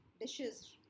dishes